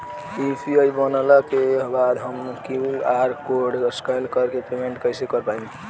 UPI बनला के बाद हम क्यू.आर कोड स्कैन कर के पेमेंट कइसे कर पाएम?